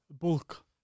Bulk